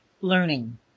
learning